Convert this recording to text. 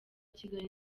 kigali